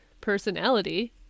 personality